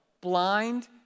blind